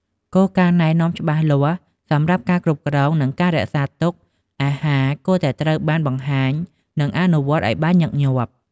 គោលការណ៍ណែនាំច្បាស់លាស់សម្រាប់ការគ្រប់គ្រង និងការរក្សាទុកអាហារគួរតែត្រូវបានបង្ហាញ និងអនុវត្តឲ្យបានញឹកញាប់។